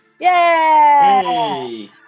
Yay